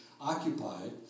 occupied